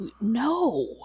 No